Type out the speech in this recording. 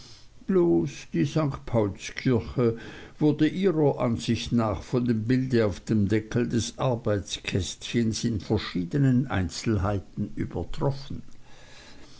bloß die st paulskirche wurde ihrer ansicht nach von dem bilde auf dem deckel des arbeitskästchens in verschiedenen einzelheiten übertroffen